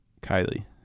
Kylie